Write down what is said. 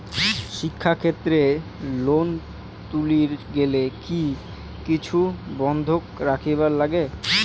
শিক্ষাক্ষেত্রে লোন তুলির গেলে কি কিছু বন্ধক রাখিবার লাগে?